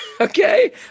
Okay